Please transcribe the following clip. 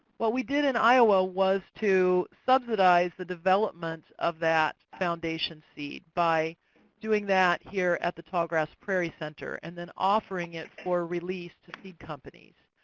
what we did in iowa was to subsidize the development of that foundation seed by doing that here at the tallgrass prairie center and then offering it for release to seed companies.